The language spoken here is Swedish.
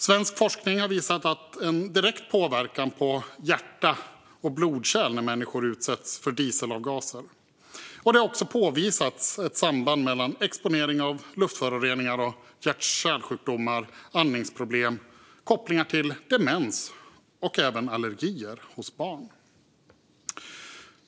Svensk forskning har visat en direkt påverkan på hjärta och blodkärl när människor utsätts för dieselavgaser. Det har också påvisats ett samband mellan exponering av luftföroreningar och hjärt och kärlsjukdomar, andningsproblem och demens samt även allergier hos barn.